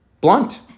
blunt